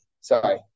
Sorry